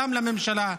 גם לממשלה,